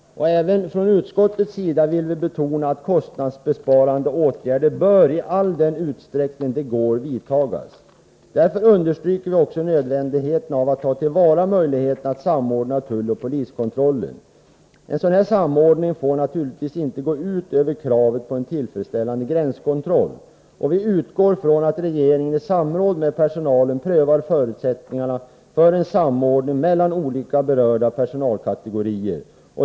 Även från utskottets sida vill vi betona att kostnadsbesparande åtgärder bör vidtas, i all den utsträckning det går. Därför understryker vi också nödvändigheten av att ta till vara möjligheten att samordna tulloch poliskontrollen. En sådan här samordning får naturligtvis inte gå ut över kravet på en tillfredsställande gränskontroll. Vi utgår från att regeringen i samråd med personalen prövar förutsättningarna för en samordning mellan olika berörda personalkategorier.